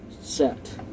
set